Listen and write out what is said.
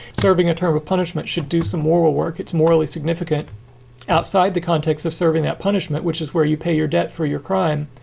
serving in terms of punishment should do some moral work. it's morally significant outside the context of serving that punishment, which is where you pay your debt for your crime.